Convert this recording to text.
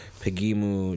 pegimu